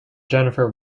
jennifer